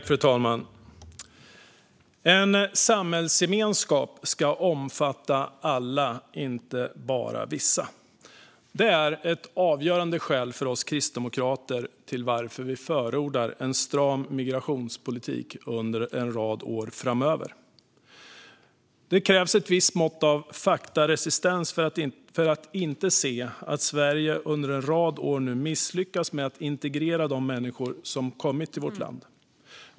Fru talman! En samhällsgemenskap ska omfatta alla, inte bara vissa. Det är ett avgörande skäl till att vi kristdemokrater förordar en stram migrationspolitik under en rad år framöver. Det krävs ett visst mått av faktaresistens för att inte se att Sverige under en rad år misslyckats med att integrera de människor som kommit till vårt land.